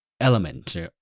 element